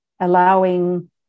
allowing